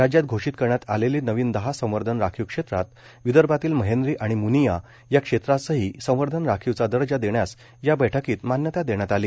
राज्यात घोषित करण्यात आलेली नवीन दहा संवर्धन राखीव क्षेत्रात विदर्भातील महेंद्री आणि म्निया या क्षेत्रासही संवर्धन राखीवचा दर्जा देण्यास या बैठकीत मान्यता देण्यात आली